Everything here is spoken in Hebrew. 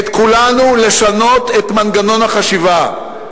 את כולנו לשנות את מנגנון החשיבה.